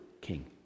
king